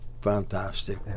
fantastic